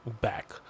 back